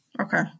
okay